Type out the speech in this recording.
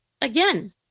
Again